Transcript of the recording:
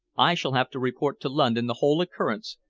i shall have to report to london the whole occurrence,